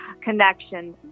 connection